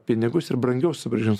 pinigus ir brangiau sugrąžins